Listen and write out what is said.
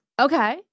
Okay